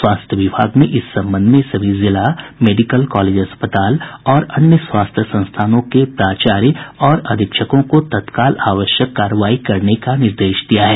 स्वास्थ्य विभाग ने इस संबंध में सभी जिला मेडिकल कॉलेज अस्पताल और अन्य स्वास्थ्य संस्थान के प्राचार्य और अधीक्षकों को तत्काल आवश्यक कार्रवाई करने का निर्देश दिया है